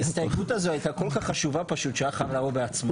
ההסתייגות הזו הייתה כל כך חשובה פשוט שהוא היה חייב לבוא בעצמו.